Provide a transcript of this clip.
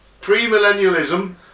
Pre-millennialism